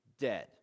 dead